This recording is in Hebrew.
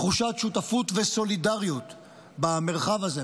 תחושת שותפות וסולידריות במרחב הזה,